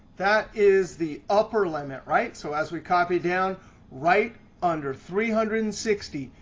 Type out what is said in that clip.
that is the upper limit, right? so as we copy down right under three hundred and sixty,